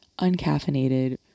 uncaffeinated